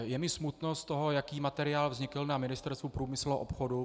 Je mi smutno z toho, jaký materiál vznikl na Ministerstvu průmyslu a obchodu.